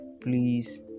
please